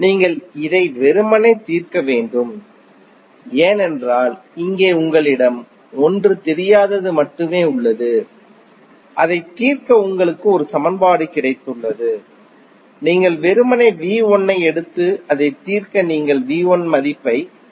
நீங்கள் இதை வெறுமனே தீர்க்க வேண்டும் ஏனென்றால் இங்கே உங்களிடம் 1 தெரியாதது மட்டுமே உள்ளது அதை தீர்க்க உங்களுக்கு ஒரு சமன்பாடு கிடைத்துள்ளது நீங்கள் வெறுமனே V 1 ஐ எடுத்து அதை தீர்க்க நீங்கள் V 1 இன் மதிப்பை 79